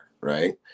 right